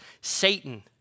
Satan